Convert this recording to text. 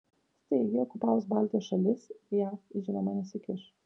staigiai okupavus baltijos šalis jav žinoma nesikiš